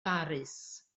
baris